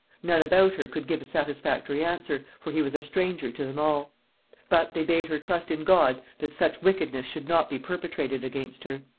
none about her could give a satisfactory answer, for he was a stranger to them all but they bade her trust in god that such wickedness should not be perpetrated against her.